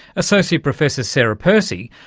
associate professor sarah percy,